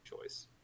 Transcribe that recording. choice